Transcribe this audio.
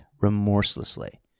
remorselessly